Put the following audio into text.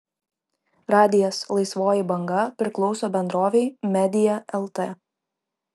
radijas laisvoji banga priklauso bendrovei media lt